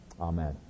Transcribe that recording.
Amen